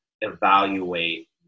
evaluate